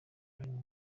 online